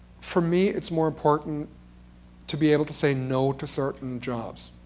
for me, it's more important to be able to say no to certain jobs.